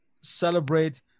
celebrate